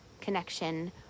connection